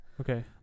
Okay